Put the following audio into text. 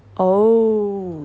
oh